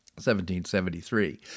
1773